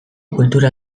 kultura